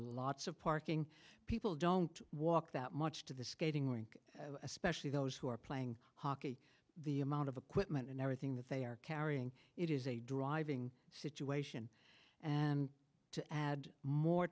lots of parking people don't walk that much to the skating rink especially those who are playing hockey the amount of a quick minute and everything that they are carrying it is a driving situation and to add more